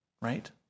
right